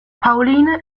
pauline